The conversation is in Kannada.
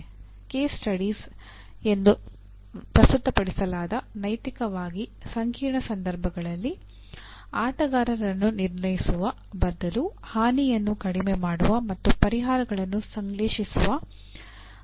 ಕೇಸ್ ಸ್ಟಡೀಸ್ ಎಂದು ಪ್ರಸ್ತುತಪಡಿಸಲಾದ ನೈತಿಕವಾಗಿ ಸಂಕೀರ್ಣ ಸಂದರ್ಭಗಳಲ್ಲಿ ಆಟಗಾರರನ್ನು ನಿರ್ಣಯಿಸುವ ಬದಲು ಹಾನಿಯನ್ನು ಕಡಿಮೆ ಮಾಡುವ ಮತ್ತು ಪರಿಹಾರಗಳನ್ನು ಸಂಶ್ಲೇಷಿಸುವ ಕ್ರಿಯೆಗಳನ್ನು ಪ್ರಸ್ತಾಪಿಸಿ